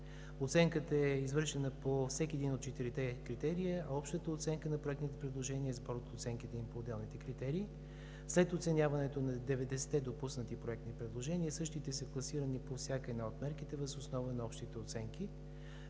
Оценката е извършена по всеки един от четирите критерия. Общата оценка на проектните предложения е сбор от оценките им по отделните критерии. След оценяването на 90-те допуснати проектни предложения, същите са класирани по всяка една от мерките въз основа на общите оценки,